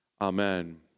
Amen